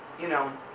you know,